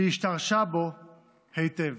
והשתרשה בו היטב.